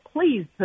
please